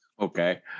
Okay